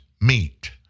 meet